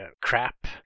crap